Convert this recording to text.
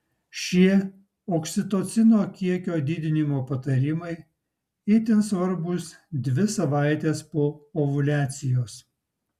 šie oksitocino kiekio didinimo patarimai itin svarbūs dvi savaites po ovuliacijos